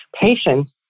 patients